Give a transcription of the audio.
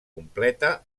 completa